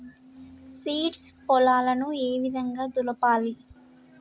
Seeds పొలాలను ఏ విధంగా దులపాలి?